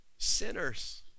Sinners